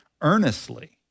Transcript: earnestly